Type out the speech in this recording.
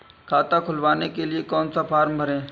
खाता खुलवाने के लिए कौन सा फॉर्म भरें?